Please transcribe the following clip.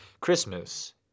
Christmas